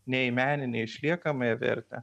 nei meninę išliekamąją vertę